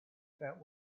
about